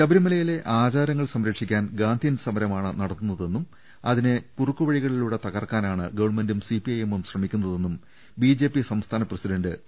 ശബരിമലയിലെ ആചാരങ്ങൾ സംരക്ഷിക്കാൻ ഗാന്ധിയൻ സമരമാണ് നടത്തുന്നതെന്നും അതിനെ കുറുക്കു വഴികളിലൂടെ തകർക്കാനാണ് ഗവൺമെന്റും സിപിഐഎമ്മും ശ്രമിക്കുന്നതെന്നും ബിജെപി സംസ്ഥാന പ്രസിഡന്റ് പി